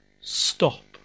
Stop